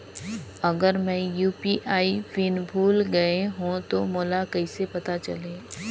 अगर मैं UPI PIN भुल गये हो तो मोला कइसे पता चलही?